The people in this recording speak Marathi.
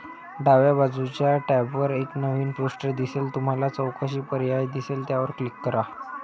डाव्या बाजूच्या टॅबवर एक नवीन पृष्ठ दिसेल तुम्हाला चौकशी पर्याय दिसेल त्यावर क्लिक करा